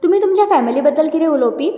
तुमी तुमच्या फेमिली बद्दल कितें उलोवपी